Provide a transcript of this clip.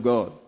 God